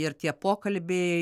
ir tie pokalbiai